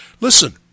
listen